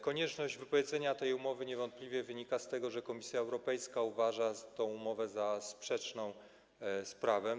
Konieczność wypowiedzenia tej umowy niewątpliwie wynika z tego, że Komisja Europejska uważa tę umowę za sprzeczną z prawem.